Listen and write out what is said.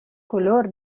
color